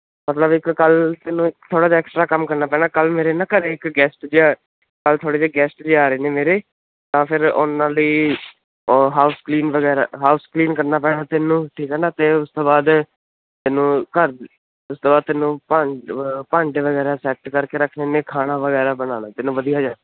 ਮਤਲਬ ਇੱਕ ਕੱਲ ਨੂੰ ਤੈਨੂੰ ਇਕ ਥੋੜਾ ਜਿਹਾ ਐਕਸਟਰਾ ਕੰਮ ਕਰਨਾ ਪੈਣਾ ਕੱਲ ਮੇਰੇ ਨਾ ਘਰੇ ਇੱਕ ਗੈਸਟ ਜਿਹਾ ਕੱਲ ਥੋੜੇ ਜਿਹੇ ਗੈਸਟ ਜੀ ਆ ਰਹੇ ਨੇ ਮੇਰੇ ਤਾਂ ਫਿਰ ਉਹਨਾਂ ਲਈ ਹਾਊਸ ਕਲੀਨ ਵਗੈਰਾ ਹਾਊਸ ਕਲੀਨ ਕਰਨਾ ਪੈਣਾ ਤੈਨੂੰ ਠੀਕ ਹੈ ਨਾ ਦੇ ਉਸ ਤੋਂ ਬਾਅਦ ਮੈਨੂੰ ਘਰ ਦੋ ਤਿੰਨ ਭਾ ਭਾਂਡੇ ਵਗੈਰਾ ਸੈਟ ਕਰਕੇ ਰੱਖ ਲੈਂਦੇ ਖਾਣਾ ਵਗੈਰਾ ਬਣਾ ਲੈ ਤੈਨੂੰ ਵਧੀਆ